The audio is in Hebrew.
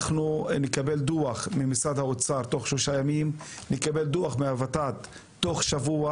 אנחנו נקבל דוח ממשרד האוצר תוך שלושה ימים ונקבל דוח מהוות"ת תוך שבוע.